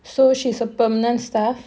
so she's a permanent staff